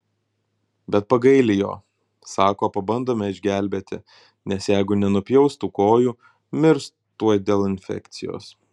bet pagaili jo sako pabandome išgelbėti nes jeigu nenupjaus tų kojų mirs tuoj dėl infekcijos